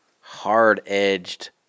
hard-edged